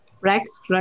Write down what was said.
Rex